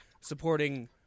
supporting